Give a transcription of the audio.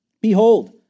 Behold